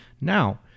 Now